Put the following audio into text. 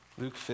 Luke